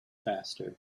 faster